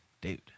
Dude